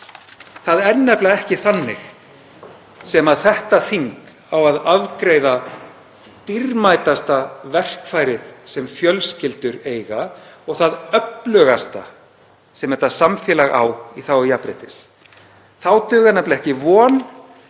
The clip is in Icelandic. Það er nefnilega ekki þannig sem þetta þing á að afgreiða dýrmætasta verkfærið sem fjölskyldur eiga og það öflugasta sem þetta samfélag á í þágu jafnréttis. Þá dugar nefnilega ekki von